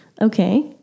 Okay